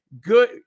good